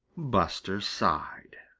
buster sighed.